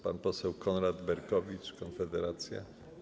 Pan poseł Konrad Berkowicz, Konfederacja.